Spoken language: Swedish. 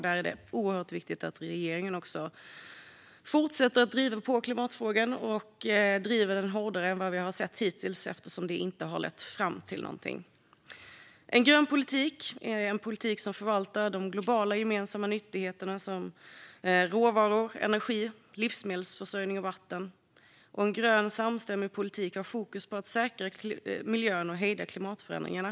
Det är oerhört viktigt att regeringen fortsätter att driva på i klimatfrågan och driver den hårdare än vad vi har sett hittills, eftersom det inte har lett fram till någonting. En grön politik är en politik som förvaltar de globala gemensamma nyttigheterna, som råvaror, energi, livsmedelsförsörjning och vatten. En grön samstämmig politik har fokus på att säkra miljön och hejda klimatförändringarna.